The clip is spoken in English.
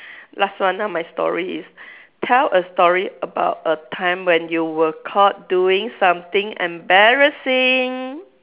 last one ah my story is tell a story about a time when you were caught doing something embarrassing